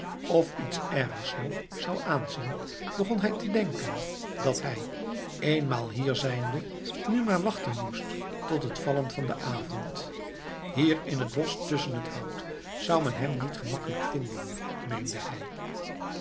of iets ergers nog zou aanzien begon hij te denken dat hij eenmaal hier zijnde nu maar wachten moest tot het vallen van den avond hier in het bosch tusschen het hout zou men hem niet gemakkelijk vinden meende hij